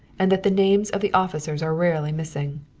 and that the names of the officers are rarely missing.